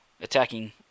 attacking